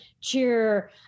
cheer